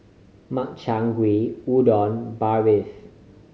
Makchang Gui Udon Barfi